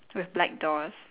with black doors